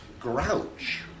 grouch